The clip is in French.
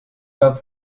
pas